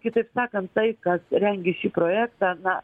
kitaip sakant tai kas rengė šį projektą na